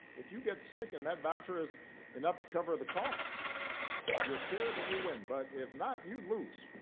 if you get sick and that voucher is enough to cover the costs of your care then you win. but if not, you lose.